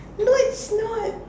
no it's not